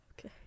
Okay